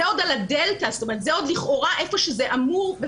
זה עוד לכאורה איפה שהוא אמור לעבוד